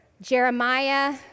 Jeremiah